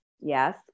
Yes